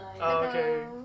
okay